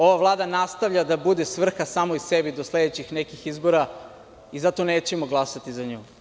Ova vlada nastavlja da bude svrha samoj sebi do sledećih nekih izbora i zato nećemo glasati za nju.